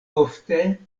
ofte